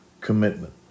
commitment